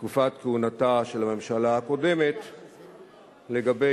מתקופת כהונתה של הממשלה הקודמת לגבי,